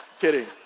Kidding